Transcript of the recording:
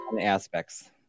aspects